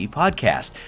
podcast